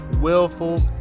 willful